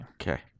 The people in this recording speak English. Okay